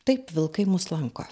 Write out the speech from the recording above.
taip vilkai mus lanko